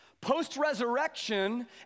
Post-resurrection